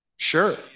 Sure